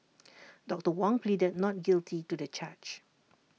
doctor Wong pleaded not guilty to the charge